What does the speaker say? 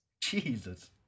Jesus